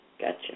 Gotcha